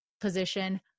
position